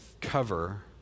cover